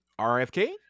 RFK